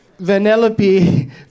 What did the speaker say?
Vanellope